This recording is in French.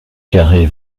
carrez